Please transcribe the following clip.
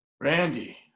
Randy